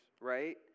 right